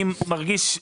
אני מרגיש,